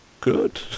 good